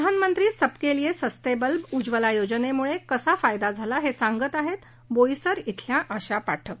प्रधानमंत्री सबके लिए सस्ते बल्ब उज्जवला योजनेमुळे कसा फायदा झाला हे सांगत आहेत बोईसर धिल्या आशा पाठक